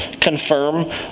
confirm